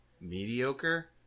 mediocre